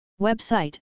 Website